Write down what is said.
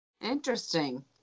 Interesting